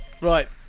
Right